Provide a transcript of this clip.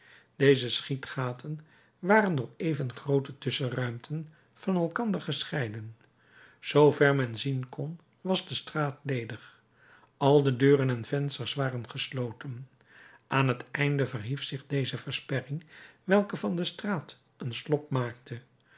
deze schietgaten waren door even groote tusschenruimten van elkander gescheiden zoover men zien kon was de straat ledig al de deuren en vensters waren gesloten aan het einde verhief zich deze versperring welke van de straat een slop maakte